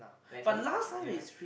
platform ya